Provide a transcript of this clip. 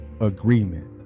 agreement